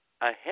ahead